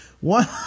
One